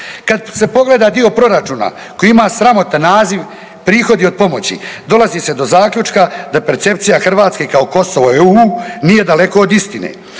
se pogleda dio proračuna koji ima sramotan naziv prihodi od pomoći, dolazi se do zaključka da percepcija Hrvatske kao Kosovo i EU nije daleko od istine.